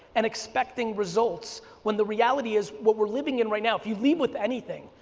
and expecting results when the reality is, what we're living in right now, if you leave with anything,